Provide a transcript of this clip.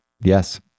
yes